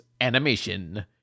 animation